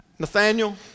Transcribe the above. Nathaniel